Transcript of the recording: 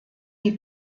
die